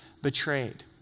Betrayed